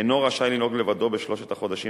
אינו רשאי לנהוג לבדו בשלושת החודשים